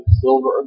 silver